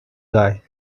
guy